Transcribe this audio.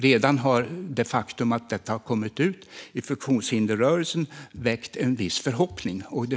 Redan det faktum att detta har kommit ut har i funktionshindersrörelsen väckt en viss förhoppning.